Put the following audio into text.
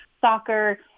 soccer